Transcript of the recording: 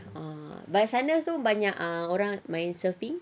uh sana semua banyak ah orang main surfing